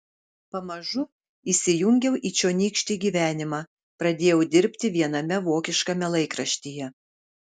pamažu įsijungiau į čionykštį gyvenimą pradėjau dirbti viename vokiškame laikraštyje